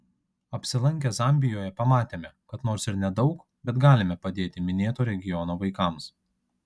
apsilankę zambijoje pamatėme kad nors ir nedaug bet galime padėti minėto regiono vaikams